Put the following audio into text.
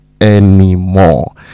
anymore